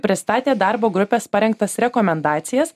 pristatė darbo grupės parengtas rekomendacijas